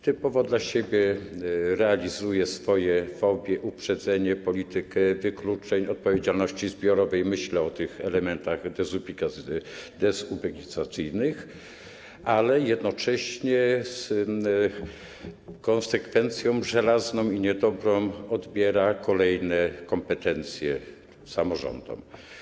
Typowo dla siebie pokazuje swoje fobie, uprzedzenie, realizuje politykę wykluczeń, odpowiedzialności zbiorowej - myślę o tych elementach dezubekizacyjnych - ale jednocześnie z konsekwencją żelazną i niedobrą odbiera kolejne kompetencje samorządom.